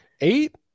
Eight